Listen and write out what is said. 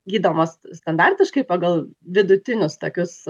gydomos standartiškai pagal vidutinius tokius